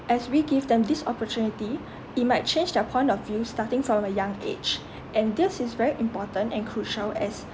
as we give them this opportunity it might change their point of view starting from a young age and this is very important and crucial as